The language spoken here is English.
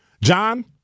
John